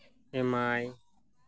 M I